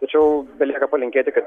tačiau belieka palinkėti kad